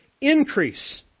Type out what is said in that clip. increase